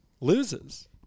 Loses